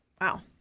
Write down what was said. Wow